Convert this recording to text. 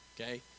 Okay